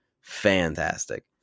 fantastic